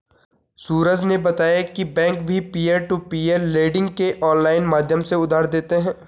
सूरज ने बताया की बैंक भी पियर टू पियर लेडिंग के ऑनलाइन माध्यम से उधार देते हैं